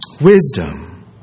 Wisdom